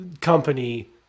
company